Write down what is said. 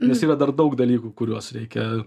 nes yra dar daug dalykų kuriuos reikia